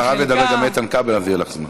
אחריו ידבר גם איתן כבל, אז יהיה לכן זמן.